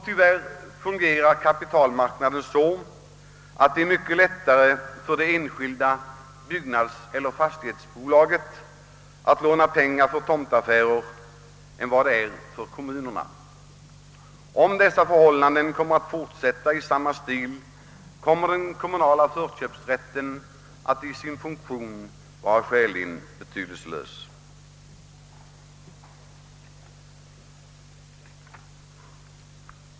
Tyvärr fungerar kapitalmarknaden så att det är mycket lättare för det enskilda byggnadseller fastighetsbolaget att låna pengar för tomtaffärer än det är för kommunerna. Om dessa förhållanden kommer att fortsätta i samma stil, kommer den kommunala förköpsrätten att i sin funktion vara skäligen betydelselös.